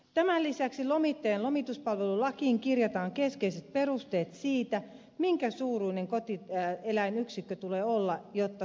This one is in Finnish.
tämän lisäksi lomittajien lomituspalvelulakiin kirjataan keskeiset perusteet siitä minkä suuruinen kotieläinyksikön tulee olla jotta saa lomituspalveluja